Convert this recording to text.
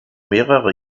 mehrere